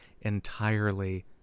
entirely